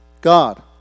God